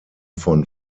von